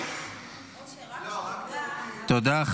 תודה.